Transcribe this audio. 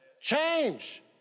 Change